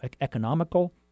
economical